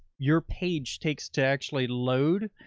your page takes to actually load.